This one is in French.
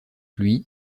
lui